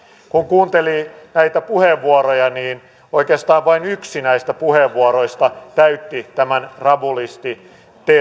kun kuunteli näitä puheenvuoroja niin oikeastaan vain yksi näistä puheenvuoroista täytti tämän rabulisti